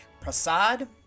Prasad